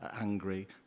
angry